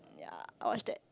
ya I watch that